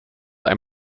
ein